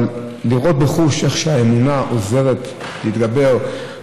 אבל לראות בחוש איך שהאמונה עוזרת להתגבר,